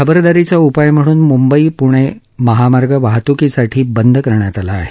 खबरदारीचा उपाय म्हणून मुंबई प्णे महामार्ग वाहत्कीसाठी बंद करण्यात आला आहे